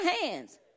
hands